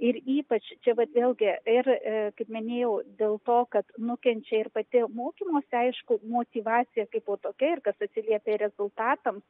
ir ypač čia vat vėlgi ir kaip minėjau dėl to kad nukenčia ir pati mokymosi aišku motyvacija kaipo tokia ir kas atsiliepia ir rezultatams